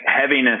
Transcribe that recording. heaviness